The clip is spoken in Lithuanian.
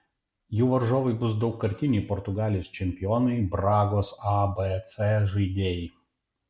jų varžovai bus daugkartiniai portugalijos čempionai bragos abc žaidėjai